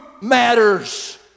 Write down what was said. matters